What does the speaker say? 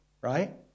right